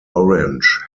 orange